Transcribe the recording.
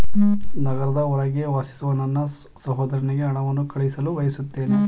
ನಗರದ ಹೊರಗೆ ವಾಸಿಸುವ ನನ್ನ ಸಹೋದರನಿಗೆ ಹಣವನ್ನು ಕಳುಹಿಸಲು ಬಯಸುತ್ತೇನೆ